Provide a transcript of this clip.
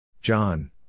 John